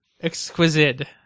Exquisite